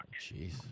Jeez